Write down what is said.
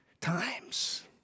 times